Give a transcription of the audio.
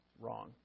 wrong